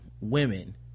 women